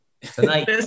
Tonight